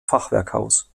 fachwerkhaus